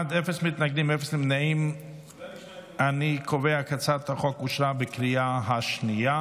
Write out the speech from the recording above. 132, הוראת שעה, חרבות ברזל),